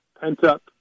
pent-up